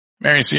Mary